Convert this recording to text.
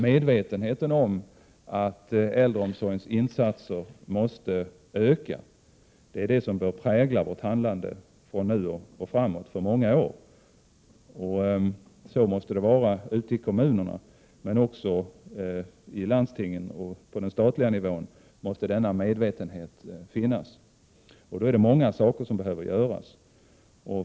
Medvetenheten om att äldreomsorgens insatser måste öka bör prägla vårt handlande från nu och framåt i många år. Så måste det vara ute i kommunerna, men också i landstingen och på den statliga nivån måste denna medvetenhet finnas. Då är det många saker som behöver göras.